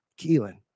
Keelan